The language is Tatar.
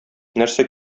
нәрсә